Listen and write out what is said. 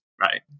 Right